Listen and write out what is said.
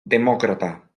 demòcrata